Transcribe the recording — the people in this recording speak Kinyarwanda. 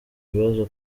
bibazo